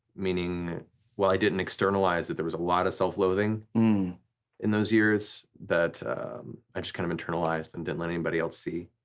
meaning while i didn't externalize it, there was a lot of self-loathing in those years that i just kind of internalized and didn't let anybody else see.